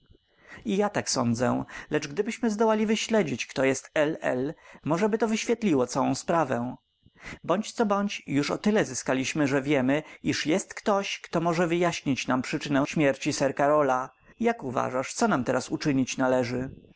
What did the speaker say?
i ja tak sądzę lecz gdybyśmy zdołali wyśledzić kto jest l l możeby to wyświetliło całą sprawę bądź co bądź już o tyle zyskaliśmy że wiemy iż jest ktoś kto może wyjaśnić nam przyczynę śmierci sir karola jak uważasz co nam teraz uczynić należy